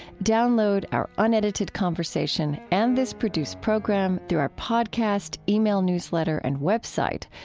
download our unedited conversation and this produced program through our podcast, ah e-mail newsletter, and web site.